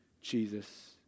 Jesus